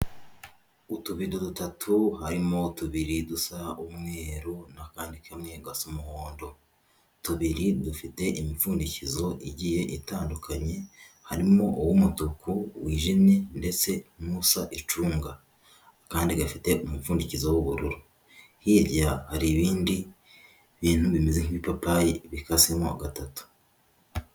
Utubido dutatu harimo tubiri dusa umweru n'akandi kamwe gasa umuhondo, tubiri dufite imipfundikizo igiye itandukanye harimo uw'umutuku wijimye ndetse n'usa icunga akandi gafite umupfundikizo w'ubururu, hirya hari ibindi bintu bimeze nk'ibipapayi bikasemo gatatu.